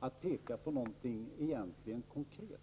att peka på någonting konkret.